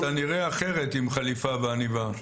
אתה נראה אחרת עם חליפה ועניבה.